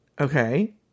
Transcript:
Okay